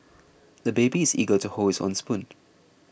the baby is eager to hold his own spoon